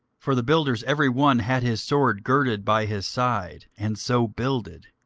for the builders, every one had his sword girded by his side, and so builded.